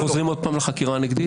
אנחנו חוזרים עוד פעם לחקירה הנגדית?